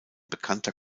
bekannter